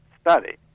Study